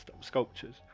sculptures